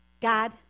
God